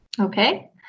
Okay